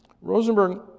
Rosenberg